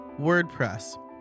WordPress